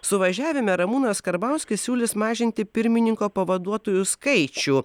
suvažiavime ramūnas karbauskis siūlys mažinti pirmininko pavaduotojų skaičių